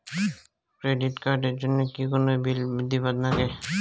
Credit card এর জন্যে কি কোনো বিল দিবার লাগে?